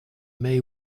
may